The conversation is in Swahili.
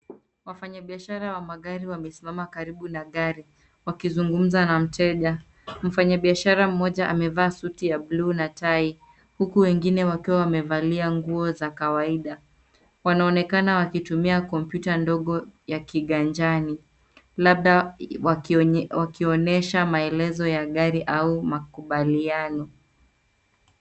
Wafanya biashara wa magari wamesimama karibu na gari, wakizungumza na mteja, mfanya biashara mmoja amevaa suti ya bluu na tai huku wengine wakiwa wamevalia nguo za kawaida. Wanaonekana wakitumia Komputa ndogo ya kiganjani labda wakionyesha maelezo ya gari au makubaliano.